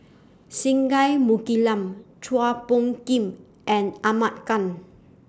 Singai Mukilan Chua Phung Kim and Ahmad Khan